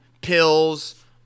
pills